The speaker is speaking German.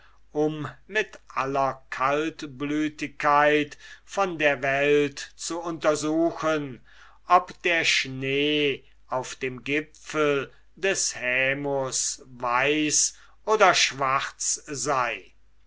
um mit aller kaltblütigkeit von der welt zu untersuchen ob der schnee auf dem gipfel des hämus weiß oder schwarz sei